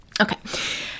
Okay